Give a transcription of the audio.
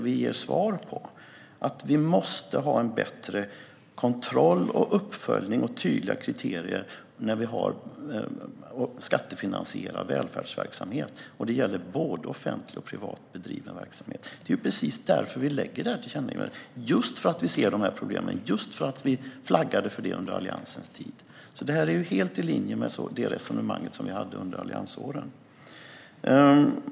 Vi måste ha en bättre kontroll och uppföljning och tydliga kriterier vad gäller skattefinansierad välfärdsverksamhet, och det gäller både offentligt och privat bedriven verksamhet. Vi gör detta tillkännagivande just för att vi ser de här problemen, som vi flaggade för under Alliansens tid. Det är helt i linje med vårt resonemang under alliansåren.